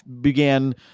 began